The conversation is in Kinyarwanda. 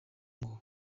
ngo